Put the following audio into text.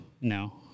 no